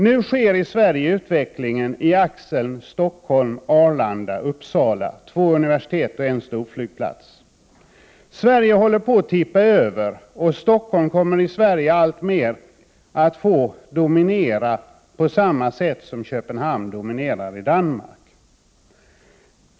I Sverige sker utvecklingen nu kring axeln Stockholm— Arlanda— Uppsala. Det är två universitet och en stor flygplats. Sverige håller på att tippa över, och Stockholm kommer alltmer att få dominera i Sverige på samma sätt som Köpenhamn dominerar i Danmark.